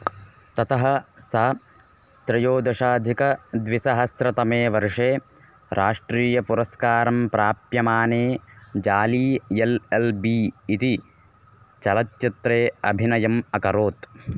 ततः सा त्रयोदशाधिकद्विसहस्रतमे वर्षे राष्ट्रीयपुरस्कारं प्राप्यमाने जाली एल् एल् बी इति चलच्चित्रे अभिनयम् अकरोत्